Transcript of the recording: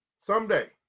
Someday